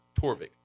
Torvik